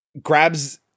grabs